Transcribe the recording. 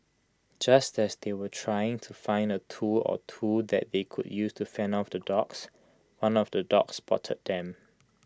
just as they were trying to find A tool or two that they could use to fend off the dogs one of the dogs spotted them